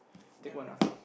take one ah